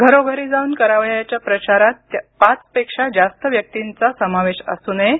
घरोघरी जाऊन करावयाच्या प्रचारात पाचपेक्षा जास्त व्यक्तींचा समावेश असू नये